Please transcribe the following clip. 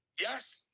Yes